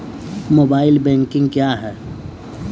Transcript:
Mobile banking क्या हैं?